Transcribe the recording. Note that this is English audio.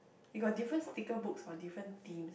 you got different sticker books for different themes